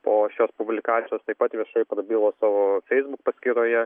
po šios publikacijos taip pat viešai prabilo savo feisbuk paskyroje